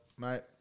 Mate